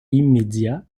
immédiat